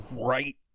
right